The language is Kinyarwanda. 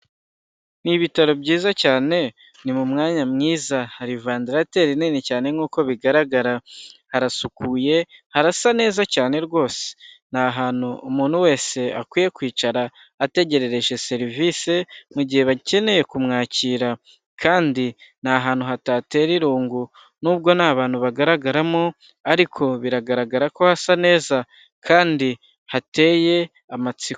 Ni ibitaro byiza cyane, ni mu mwanya mwiza, hari vandarateri nini cyane nkuko bigaragara, harasukuye, harasa neza cyane rwose, ni ahantu umuntu wese akwiye kwicara ategerereje serivise mu gihe bakeneye kumwakira, kandi ni ahantu hatatera irungu nubwo nta bantu bagaragaramo, ariko biragaragara ko hasa neza kandi hateye amatsiko.